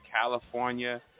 California